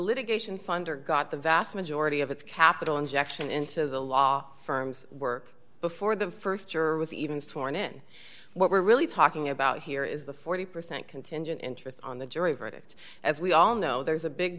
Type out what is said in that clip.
litigation funder got the vast majority of its capital injection into the law firms work before the st year was even sworn in what we're really talking about here is the forty percent contingent interest on the jury verdict as we all know there's a big